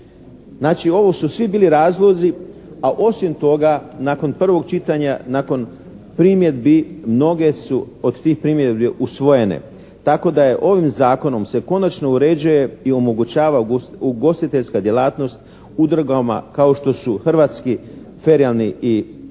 Znači ovo su svi bili razlozi, a osim toga nakon prvog čitanja, nakon primjedbi mnoge su od tih primjedbi usvojene tako da je ovim zakonom se konačno uređuje i omogućava ugostiteljska djelatnost udrugama kao što su Hrvatski ferijalni i